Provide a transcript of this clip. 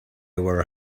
were